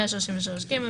133ג,